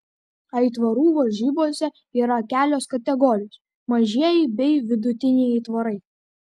aitvarų varžybose yra kelios kategorijos mažieji bei vidutiniai aitvarai